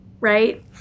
right